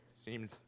seemed